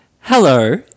Hello